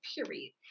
Period